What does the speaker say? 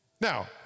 Now